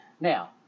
Now